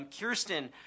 Kirsten